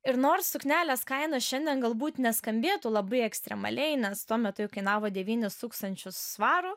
ir nors suknelės kaina šiandien galbūt neskambėtų labai ekstremaliai nes tuo metu kainavo devynis tūkstančius svarų